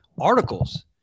articles